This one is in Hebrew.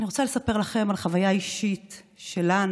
אני רוצה לספר לכם על חוויה אישית שלנו,